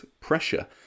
pressure